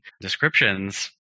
descriptions